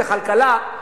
בכלכלה,